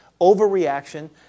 overreaction